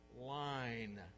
line